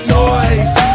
noise